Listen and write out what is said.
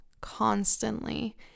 constantly